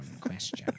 question